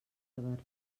taverner